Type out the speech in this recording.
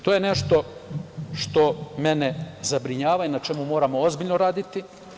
To je nešto što mene zabrinjava i na čemu moramo ozbiljno raditi.